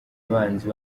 abanzi